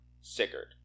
Sigurd